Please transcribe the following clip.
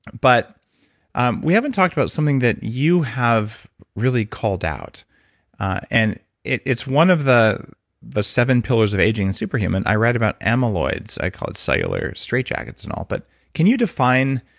but um we haven't talked about something that you have really called out and it's one of the the seven pillars of aging a superhuman, i read about amyloids. i call it cellular straitjackets and all, but can you define